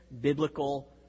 biblical